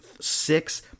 six